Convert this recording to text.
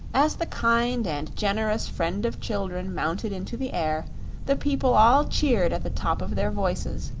as the kind and generous friend of children mounted into the air the people all cheered at the top of their voices,